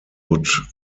would